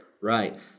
Right